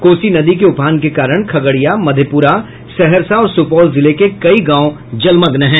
कोसी नदी के उफान के कारण खगड़िया मधेप्रा सहरसा और सुपौल जिले के कई गांव जलमग्न हैं